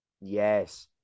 Yes